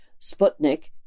Sputnik